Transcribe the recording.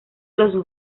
los